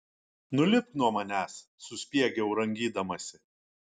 nulipk nuo manęs suspiegiau rangydamasi